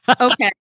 Okay